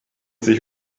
sich